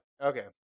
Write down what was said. Okay